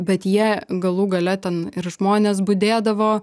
bet jie galų gale ten ir žmonės budėdavo